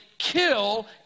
kill